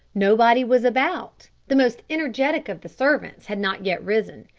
nobody was about, the most energetic of the servants had not yet risen,